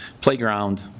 playground